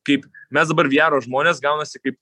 kaip mes dabar viaro žmonės gaunasi kaip